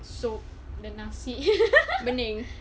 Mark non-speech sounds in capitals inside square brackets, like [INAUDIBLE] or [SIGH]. soup ada nasi [LAUGHS]